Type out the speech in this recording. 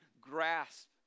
grasp